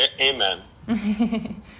amen